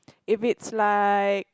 if it's like